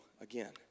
again